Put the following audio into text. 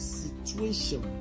situation